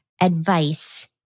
advice